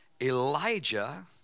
Elijah